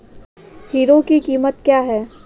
Hero की कीमत क्या है?